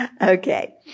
Okay